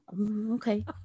Okay